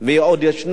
והיא עדיין קיימת,